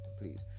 please